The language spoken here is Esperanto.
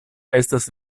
estas